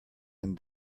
and